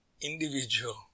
individual